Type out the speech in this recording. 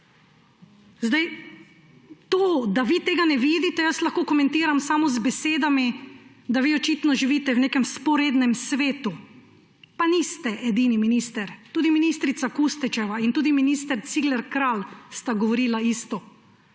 To, da vi tega ne vidite, jaz lahko komentiram samo z besedami, da vi očitno živite v nekem vzporednem svetu. Pa niste edini minister, tudi ministrica Kustec in tudi minister Cigler Kralj sta govorila isto.